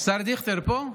השר דיכטר פה?